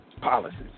Policies